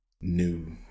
new